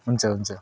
हुन्छ हुन्छ